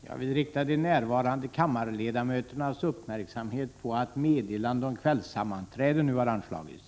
Jag vill rikta de närvarande kammarledamöternas uppmärksamhet på att meddelande om kvällssammanträde nu har anslagits.